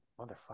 motherfucker